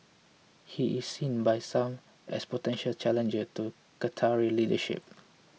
he is seen by some as a potential challenger to the Qatari leadership